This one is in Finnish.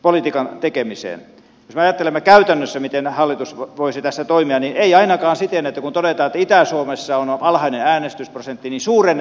jos me ajattelemme käytännössä miten hallitus voisi tässä toimia niin ei ainakaan siten että todetaan kun itä suomessa on alhainen äänestysprosentti että suurennetaanpa siellä vaalipiiriä